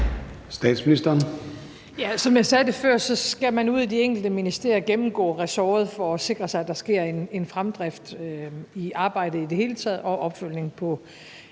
Frederiksen): Ja, som jeg sagde det før, skal man ude i de enkelte ministerier gennemgå ressortet for at sikre sig, at der sker en fremdrift i arbejdet i det hele taget og i opfølgningen på